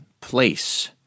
place